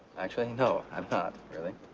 actually, no. i am not, really.